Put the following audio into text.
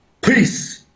Peace